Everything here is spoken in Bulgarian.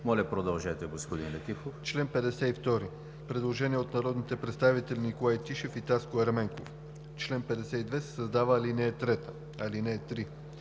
Моля продължете, господин Летифов.